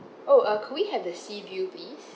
oh uh could we have the sea view please